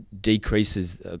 decreases